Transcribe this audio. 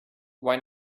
why